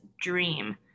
dream